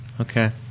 Okay